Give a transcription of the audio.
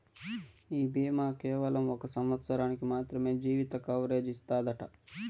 ఈ బీమా కేవలం ఒక సంవత్సరానికి మాత్రమే జీవిత కవరేజ్ ఇస్తాదట